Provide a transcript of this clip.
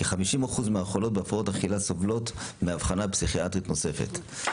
כ-50% מהחולות בהפרעות אכילה סובלות מאבחנה פסיכיאטרית נוספת.